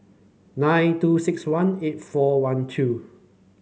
nine two six one eight four one two